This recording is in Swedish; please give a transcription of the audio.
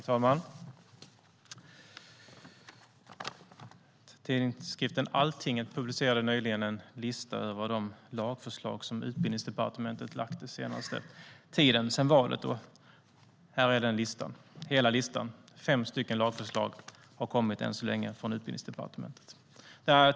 Herr talman! Tidskriften Alltinget publicerade nyligen en lista över de lagförslag som Utbildningsdepartementet lagt fram den senaste tiden sedan valet. Här är hela den listan. Det är fem lagförslag som än så länge har kommit från Utbildningsdepartementet.